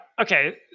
Okay